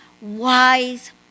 wise